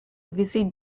visit